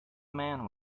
man